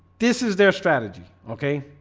this is their strategy. okay